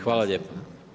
Hvala lijepo.